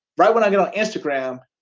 right when i got on instagram,